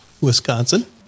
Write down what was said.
Wisconsin